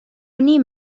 نیم